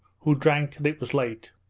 who drank till it was late.